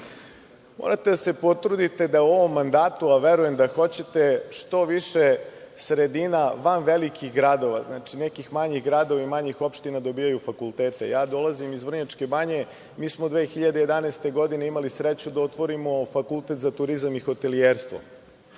je da se potrudite da u ovom mandatu, a verujem da hoćete, što više sredina van velikih gradova, znači, nekih manjih gradova i manjih opština dobijaju fakultete. Ja dolazim iz Vrnjačke Banje. Mi smo 2011. godine imali sreću da otvorimo Fakultet za turizam i hotelijerstvo.